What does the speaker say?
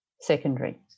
secondary